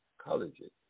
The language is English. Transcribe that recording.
colleges